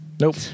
nope